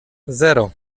zero